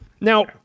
Now